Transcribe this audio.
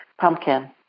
Pumpkin